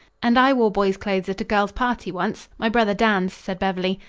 and i wore boy's clothes at a girl's party once my brother dan's, said beverly.